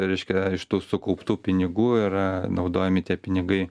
reiškia iš tų sukauptų pinigų yra naudojami tie pinigai